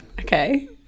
Okay